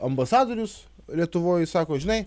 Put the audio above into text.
ambasadorius lietuvoj sako žinai